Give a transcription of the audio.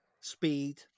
speed